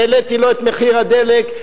שהעליתי לו את מחיר הדלק,